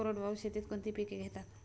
कोरडवाहू शेतीत कोणती पिके घेतात?